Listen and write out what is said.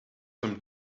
some